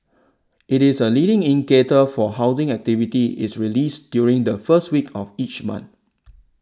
it is a leading indicator for housing activity is released during the first week of each month